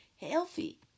healthy